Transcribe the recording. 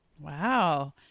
Wow